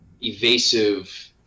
evasive